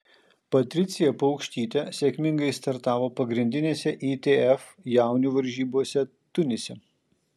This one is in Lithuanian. patricija paukštytė sėkmingai startavo pagrindinėse itf jaunių varžybose tunise